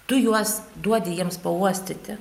tu juos duodi jiems pauostyti